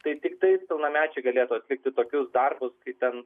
tai tiktai pilnamečiai galėtų atlikti tokius darbus kai ten